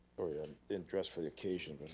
didn't dress for the occasion, but